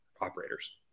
operators